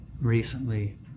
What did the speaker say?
recently